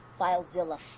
FileZilla